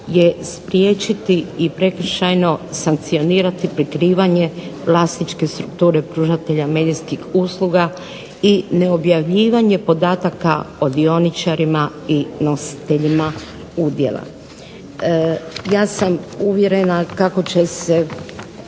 je spriječiti i prekršajno sankcionirati prikrivanje vlasničke strukture pružatelja medijskih usluga i neobjavljivanje podataka o dioničarima i nositeljima udjela. Ja sam uvjerena kako će se